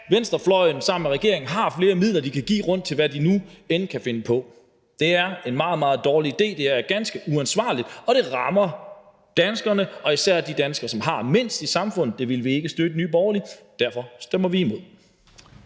venstrefløjen sammen med regeringen har flere midler, de kan give ud til, hvad de nu ellers kan finde på. Det er en meget, meget dårlig idé, det er ganske uansvarligt, og det rammer danskerne og især de danskere, som har mindst, i samfundet. Det vil vi ikke støtte i Nye Borgerlige, og derfor stemmer vi imod